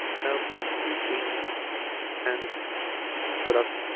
healthy eating trans product